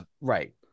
Right